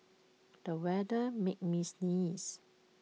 the weather made me sneeze